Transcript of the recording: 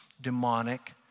demonic